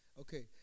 Okay